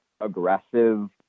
aggressive